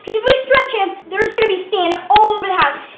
cause of we stretch him there's gonna be sand all over the house!